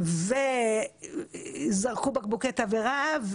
וזרקו בקבוקי תבערה,